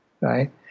right